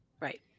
Right